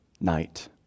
night